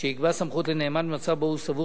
שיקבע סמכות לנאמן במצב שבו הוא סבור